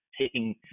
taking